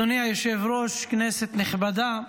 אדוני היושב-ראש, כנסת נכבדה,